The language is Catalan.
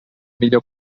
millor